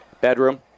Bedroom